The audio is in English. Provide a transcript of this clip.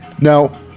Now